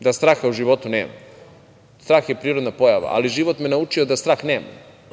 da straha u životu nemam. Strah je prirodna pojava, ali život me je naučio da strah nemam,